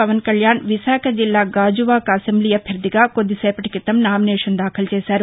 పవన్ కల్యాణ్ విశాఖ జిల్లా గాజువాక అసెంబ్లీ అభ్యర్థిగా కొద్దిసేపటి క్రితం నామినేషన్ దాఖలు చేశారు